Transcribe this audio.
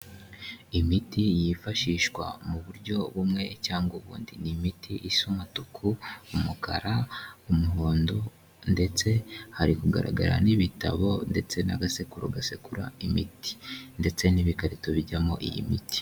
Imiti yifashishwa mu buryo bumwe cyangwa ubundi, ni imiti isa umutuku, umukara, umuhondo ndetse hari kugaragara n'ibitabo ndetse n'agasekuru gasekura imiti ndetse n'ibikarito bijyamo iyi miti.